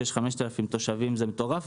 שיש 5,000 תושבים זה מטורף,